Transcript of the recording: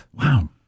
Wow